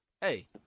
Hey